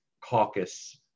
caucus